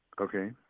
Okay